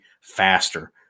faster